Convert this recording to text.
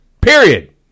Period